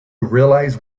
realize